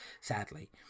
sadly